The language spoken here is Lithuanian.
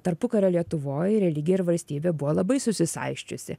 tarpukario lietuvoj religija ir valstybė buvo labai susisaisčiusi